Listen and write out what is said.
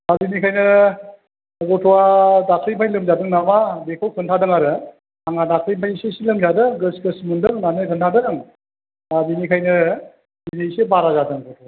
दा बेनिखायनो गथ'आ दाख्लैनिफ्रायनो लोमजादों नामा बेखौ खिन्थादों आरो आंहा दाख्लैनिफ्रायनो एसे एसे लोमजादों गेस गेस मोनदों होननानै खिन्थादों दा बिनिखायनो दिनै एसे बारा जादों गथ'आ